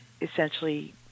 essentially